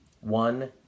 one